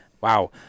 wow